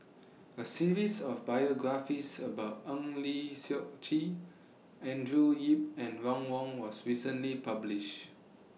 A series of biographies about Eng Lee Seok Chee Andrew Yip and Ron Wong was recently published